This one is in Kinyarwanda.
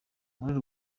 muri